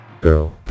Girl